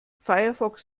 firefox